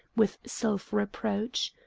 with self-reproach.